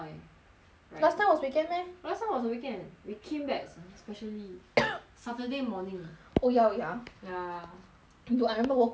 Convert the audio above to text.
last time was weekend meh last time was the weekend we came back sp~ specially saturday morning oh ya we are ya dude I remember 我哭到很惨